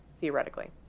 theoretically